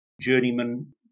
journeyman